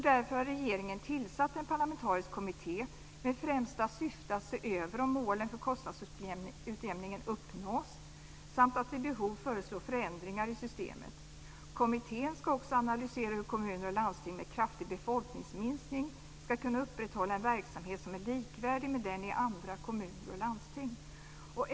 Därför har regeringen tillsatt en parlamentarisk kommitté med främsta syfte att se över om målen för kostnadsutjämningen uppnås samt att vid behov föreslå förändringar i systemet. Kommittén ska också analysera hur kommuner och landsting med kraftig befolkningsminskning ska kunna upprätthålla en verksamhet som är likvärdig med den i andra kommuner och landsting.